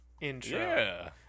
intro